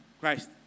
Christ